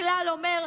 הכלל אומר: